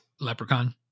Leprechaun